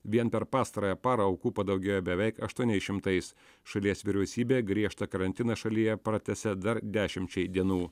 vien per pastarąją parą aukų padaugėjo beveik aštuoniais šimtais šalies vyriausybė griežtą karantiną šalyje pratęsė dar dešimčiai dienų